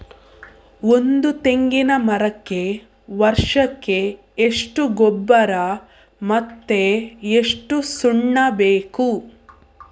ಒಂದು ತೆಂಗಿನ ಮರಕ್ಕೆ ವರ್ಷಕ್ಕೆ ಎಷ್ಟು ಗೊಬ್ಬರ ಮತ್ತೆ ಎಷ್ಟು ಸುಣ್ಣ ಬೇಕು?